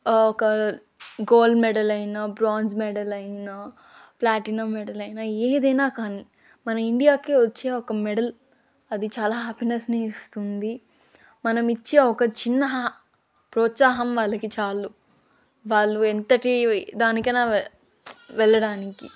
ఒక gold medal అయినా bronze medal అయినా ప్లాటినం మెడల్ అయినా ఏదైనా కానీ మన ఇండియాకి వచ్చే ఒక మెడల్ అది చాలా హ్యాపీనెస్ని ఇస్తుంది మనం ఇచ్చే ఒక చిన్న ప్రోత్సాహం వాళ్ళకి చాలు వాళ్ళు ఎంతటి దానికన్నా వెళ్ళడానికి